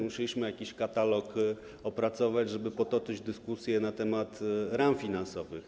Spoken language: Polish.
Musieliśmy jakiś katalog opracować, żeby potoczyła się dyskusja na temat ram finansowych.